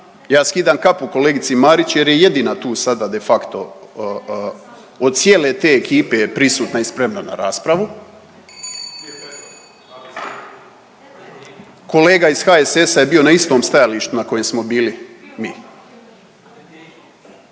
Ja skidam kapu kolegici Marić jer je jedina tu sada de facto od cijele te ekipe je prisutna i spremna na raspravu. Kolega iz HSS-a je bio na istom stajalištu na kojem smo bili mi.